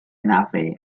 anafu